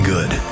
Good